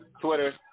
Twitter